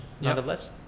nonetheless